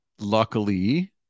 Luckily